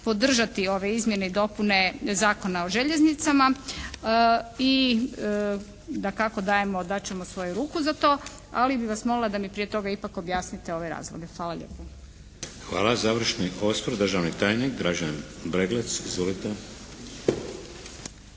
podržati ove izmjene i dopune Zakona o željeznicama i dakako dajemo, dat ćemo svoju ruku za to, ali bih vas molila da mi prije toga ipak objasnite ove razloge. Hvala lijepo. **Šeks, Vladimir (HDZ)** Hvala. Završni osvrt, državni tajnik Dražen Breglec. Izvolite.